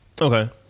Okay